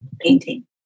painting